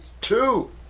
two